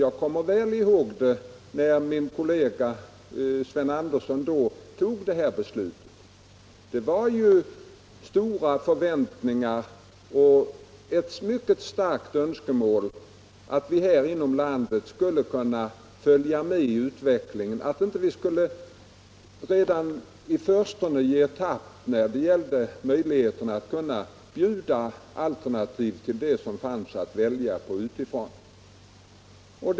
Jag kommer väl ihåg hur det var när min kollega Sven Andersson tog detta beslut. Det var stora förväntningar och ett mycket starkt önskemål att vi inom landet skulle kunna följa med i utvecklingen och att vi inte redan i förstone skulle ge tappt när det gällde att erbjuda alternativ till vad som fanns att välja på utifrån.